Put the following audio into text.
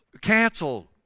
canceled